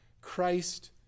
Christ